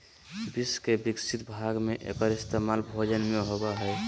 विश्व के विकसित भाग में एकर इस्तेमाल भोजन में होबो हइ